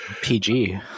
PG